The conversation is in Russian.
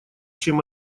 чем